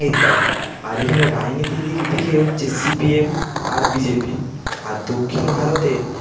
ইত্যাদি আর এখানে রাজনীতির দিক থেকে হচ্ছে সিপিএম আর বিজেপি আর দক্ষিণ ভারতের